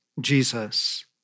Jesus